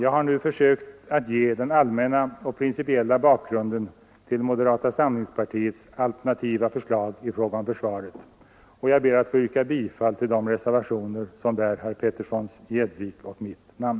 Jag har nu försökt att de den allmänna och principiella bakgrunden till moderata samlingspartiets alternativa förslag i fråga om försvaret. Jag ber att få yrka bifall till de reservationer som bär herr Peterssons i Gäddvik och mitt namn.